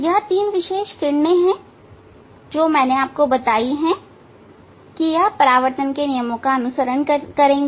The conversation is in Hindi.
यह तीन विशेष किरणें हैं जो मैंने आपको बताये हैं कि यह परावर्तन के नियमों का अनुसरण करेंगे